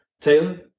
Taylor